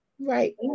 Right